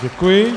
Děkuji.